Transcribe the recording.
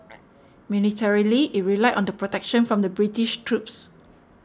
militarily it relied on the protection from the British troops